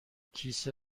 کیسه